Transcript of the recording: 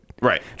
Right